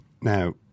Now